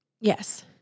Yes